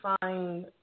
find